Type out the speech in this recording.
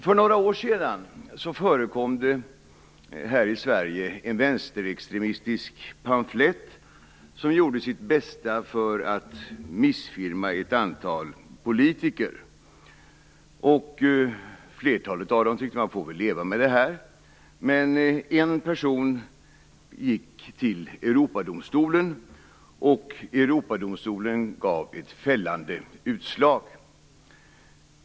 För några år sedan förekom det här i Sverige en vänsterextremistisk pamflett som gjorde sitt bästa för att missfirma ett antal politiker. Flertalet tyckte nog att det var något som man fick leva med, men en person gick till Europadomstolen. Och Europadomstolen gav ett fällande utslag.